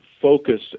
focus